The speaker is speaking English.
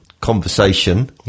conversation